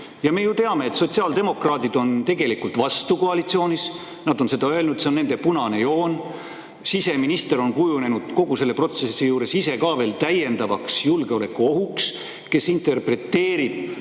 Me ju teame, et sotsiaaldemokraadid on tegelikult koalitsioonis selle vastu. Nad on seda öelnud, see on nende punane joon. Siseminister on kujunenud kogu selle protsessi juures ise ka veel täiendavaks julgeolekuohuks, kes interpreteerib